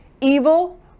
evil